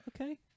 okay